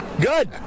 Good